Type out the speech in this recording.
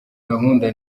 gahunda